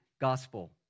gospel